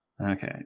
Okay